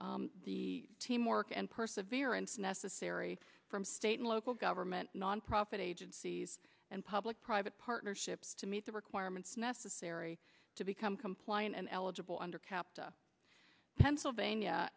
the teamwork and perseverance necessary from state and local government nonprofit agencies and public private partnerships to meet the requirements necessary to become compliant and eligible under capta pennsylvania